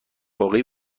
واقعی